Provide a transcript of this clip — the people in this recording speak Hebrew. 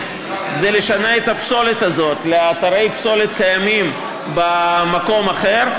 כדי לשנע את הפסולת הזאת לאתרי פסולת קיימים במקום אחר,